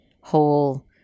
whole